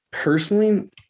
Personally